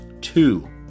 two